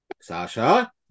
Sasha